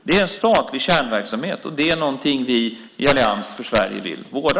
Det är statlig kärnverksamhet, och det är någonting vi i Allians för Sverige vill vårda.